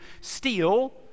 steal